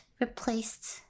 replaced